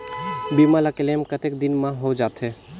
बीमा ला क्लेम कतेक दिन मां हों जाथे?